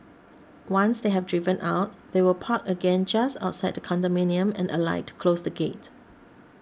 once they have driven out they will park again just outside the condominium and alight to close the gate